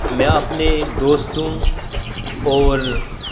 میں اپنے دوستوں اور